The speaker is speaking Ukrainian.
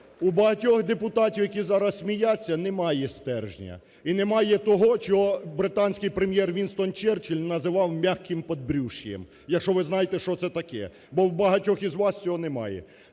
у багатьох депутатів, які зараз сміються, немає стержня і немає того, чого британський прем'єр Вінстон Черчилль називав "мягким подбрюшьем", якщо ви знаєте що це таке, бо в багатьох з вас цього немає.